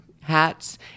hats